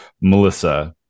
Melissa